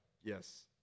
Yes